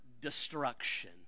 destruction